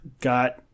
got